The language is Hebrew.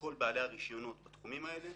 כל בעלי הרישיונות בתחומים האלה,